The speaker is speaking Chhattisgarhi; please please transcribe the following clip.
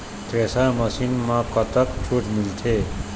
थ्रेसर मशीन म कतक छूट मिलथे?